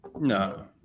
No